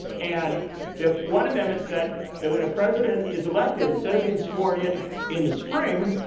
and the one amendment said that when a president is elected, instead of being sworn in in the spring,